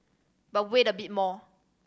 but wait a bit more